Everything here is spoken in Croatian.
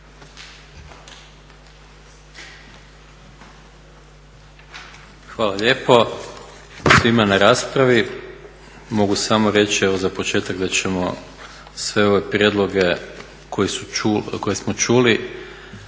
Hvala lijepo svima na raspravi. Mogu samo reći za početak da ćemo sve ove prijedloge koje smo čuli,